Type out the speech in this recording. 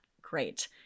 great